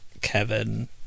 Kevin